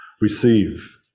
receive